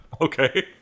Okay